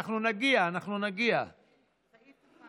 הוועדה, אנחנו נגיע, אנחנו נגיע.